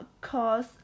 cause